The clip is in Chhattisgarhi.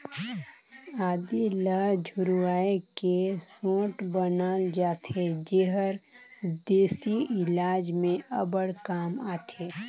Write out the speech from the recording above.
आदी ल झुरवाए के सोंठ बनाल जाथे जेहर देसी इलाज में अब्बड़ काम आथे